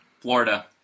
Florida